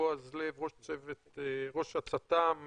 ראש הצט"מ,